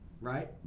right